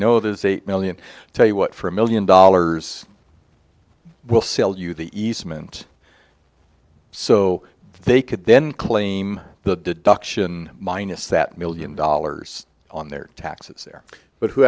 know there's eight million tell you what for a million dollars we'll sell you the easement so they could then claim the deduction minus that million dollars on their taxes there but who